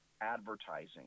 advertising